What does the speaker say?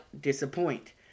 disappoint